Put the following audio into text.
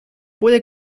puede